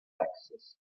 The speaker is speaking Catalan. taxes